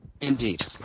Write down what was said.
Indeed